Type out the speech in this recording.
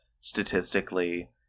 statistically